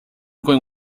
going